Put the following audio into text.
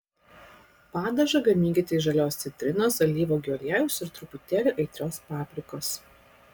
padažą gaminkite iš žalios citrinos alyvuogių aliejaus ir truputėlio aitrios paprikos